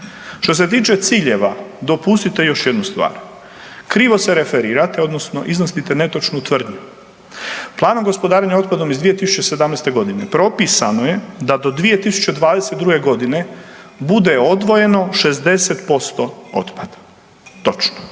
Što se tiče ciljeva dopustite još jednu stvar. Krivo se referirate odnosno iznosite netočnu tvrdnju. Planom gospodarenja otpadom iz 2017.g. propisano je da do 2022.g. bude odvojeno 60% otpada. Točno.